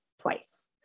twice